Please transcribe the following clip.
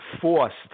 forced